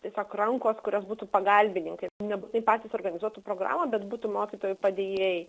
tiesiog rankos kurios būtų pagalbininkai nebūtinai patys organizuotų programų bet būtų mokytojų padėjėjai